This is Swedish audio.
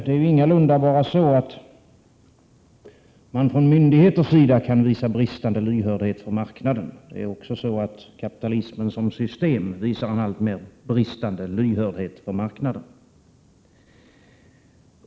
Det är ju ingalunda bara från myndigheternas sida som det kan visas bristande lyhördhet för marknaden. Också kapitalismen som system visar en alltmer bristande lyhördhet för marknaderna.